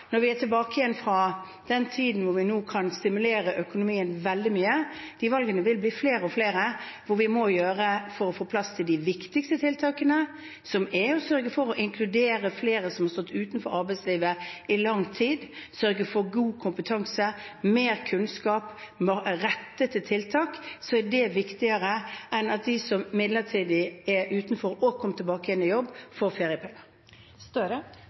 når vi er tilbake igjen fra den tiden der vi nå kan stimulere økonomien veldig mye. De valgene vi må gjøre, vil bli flere og flere for å få plass til de viktigste tiltakene, som er å sørge for å inkludere flere som har stått utenfor arbeidslivet i lang tid, sørge for god kompetanse, mer kunnskap og målrettede tiltak. Det er viktigere enn at de som midlertidig er utenfor og kommer tilbake igjen i jobb,